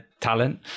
talent